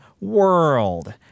world